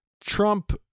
Trump